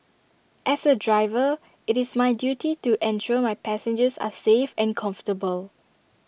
as A driver IT is my duty to ensure my passengers are safe and comfortable